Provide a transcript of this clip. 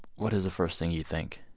what is the first thing you think?